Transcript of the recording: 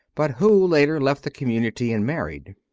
but who, later, left the community and married.